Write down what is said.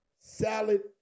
salad